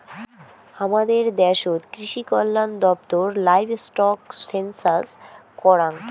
হামাদের দ্যাশোত কৃষিকল্যান দপ্তর লাইভস্টক সেনসাস করাং